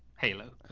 halo